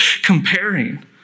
comparing